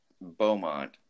Beaumont